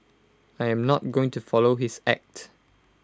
I am not going to follow his act